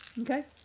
Okay